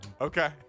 Okay